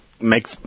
make